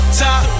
top